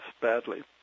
badly